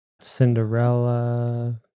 Cinderella